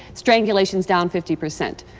strangulation's down fifty percent.